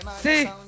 See